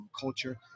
culture